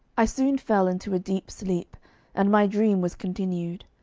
i soon fell into a deep sleep, and my dream was continued.